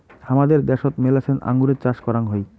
হামাদের দ্যাশোত মেলাছেন আঙুরের চাষ করাং হই